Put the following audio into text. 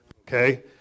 okay